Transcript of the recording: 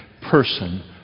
person